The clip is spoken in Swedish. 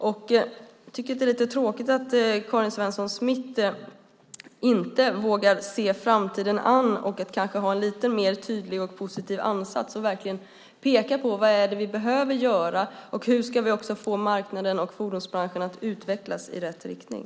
Jag tycker att det är lite tråkigt att Karin Svensson Smith inte vågar se framtiden an och inte har en lite mer tydlig och positiv ansats som verkligen pekar på vad vi behöver göra och hur vi ska få marknaden och fordonsbranschen att utvecklas i rätt riktning.